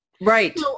Right